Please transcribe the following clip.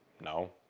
no